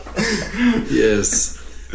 Yes